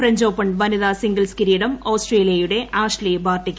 French Open വനിതാ singles കിരീടം ഓസ്ട്രേലിയയുടെ ആഷ്ലി ബാർട്ടിക്ക്